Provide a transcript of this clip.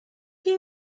wie